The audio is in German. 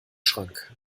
schrank